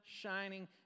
shining